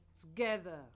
together